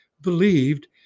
believed